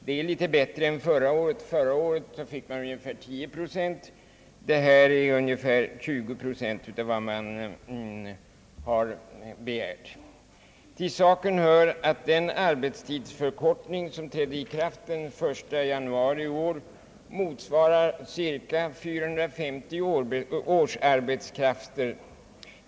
Det är något bättre än förra året, då fick man ungefär 10 procent av vad man begärt. Till saken hör att den arbetstidsförkortning som trädde i kraft den 1 januari i år motsvarar cirka 450 årsarbetskrafter.